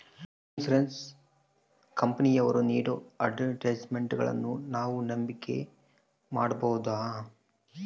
Insurance ಕಂಪನಿಯವರು ನೇಡೋ ಅಡ್ವರ್ಟೈಸ್ಮೆಂಟ್ಗಳನ್ನು ನಾವು ನಂಬಿಕೆ ಮಾಡಬಹುದ್ರಿ?